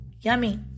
yummy